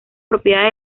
propiedades